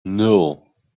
nul